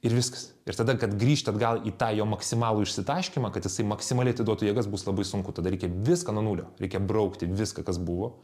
ir viskas ir tada kad grįžt atgal į tą jo maksimalų išsitaškymą kad jisai maksimaliai atiduotų jėgas bus labai sunku tada reikia viską nuo nulio reikia braukti viską kas buvo